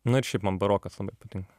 na ir šiaip man barokas labai patinka